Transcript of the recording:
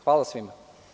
Hvala svima.